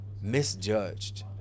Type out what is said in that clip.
misjudged